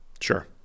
Sure